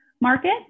market